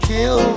Kill